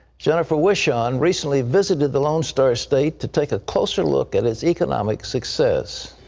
jennifer wishon recently visited the lone star state to take a closer look at its economic success.